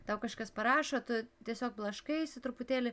tau kažkas parašo tu tiesiog blaškaisi truputėlį